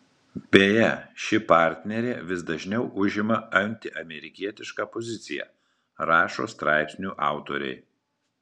beje ši partnerė vis dažniau užima antiamerikietišką poziciją rašo straipsnių autoriai